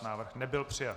Návrh nebyl přijat.